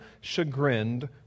chagrined